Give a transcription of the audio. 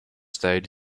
state